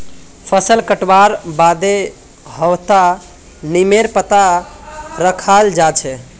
फसल कटवार बादे वहात् नीमेर पत्ता रखाल् जा छे